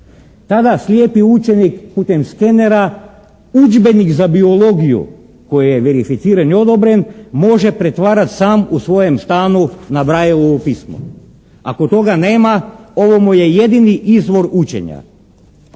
Tada slijepi učenik putem skenera udžbenik za biologiju koji je verificiran i odobren, može pretvarati sam u svojem stanu na Braillovom pismu. Ako toga nema, ovo mu je jedini izvor učenja.